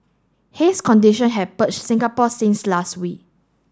haze condition have perched Singapore since last week